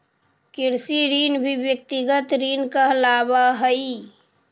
कृषि ऋण भी व्यक्तिगत ऋण कहलावऽ हई